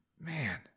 Man